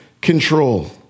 control